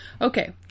Okay